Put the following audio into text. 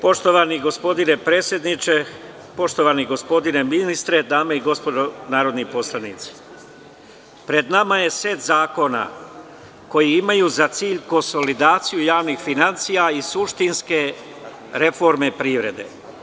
Poštovani gospodine predsedniče, poštovani gospodine ministre, dame i gospodo narodni poslanici, pred nama je set zakona koji imaju za cilj konsolidaciju javnih finansija i suštinske reforme privrede.